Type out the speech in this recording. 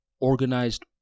organized